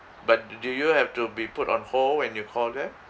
but did did you have to be put on hold when you call there